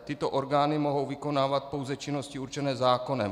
Tyto orgány mohou vykonávat pouze činnosti určené zákonem.